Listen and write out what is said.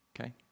Okay